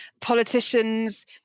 politicians